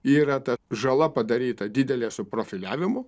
yra ta žala padaryta didelė su profiliavimu